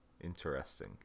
Interesting